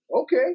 Okay